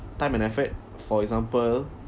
time and effort for example